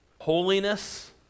Holiness